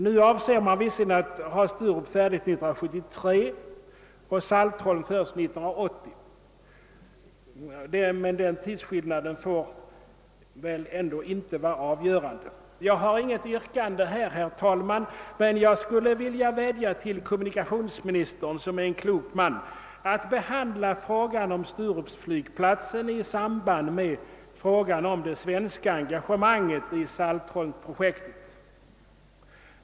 Nu avser man visserligen att ha flygplatsen i Sturup färdig 1973 och saltholmsflygplatsen först 1980. Men tidsskillnaden får väl ändå inte vara avgörande. Jag har inget yrkande, men jag skulle vilja vädja till kommunikationsministern, som är en klok man, att behandla frågan om sturupflygplatsen i samband med frågan om det svenska engage manget i saltholmsprojektet.